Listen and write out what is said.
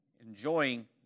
enjoying